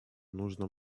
нужно